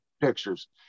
pictures